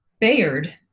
Bayard